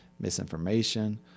misinformation